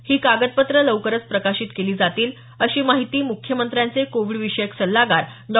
ही कागदपत्रं लवकरच प्रकाशित केली जातील अशी माहिती मुख्यमंत्र्यांचे कोविडविषयक सल्लागार डॉ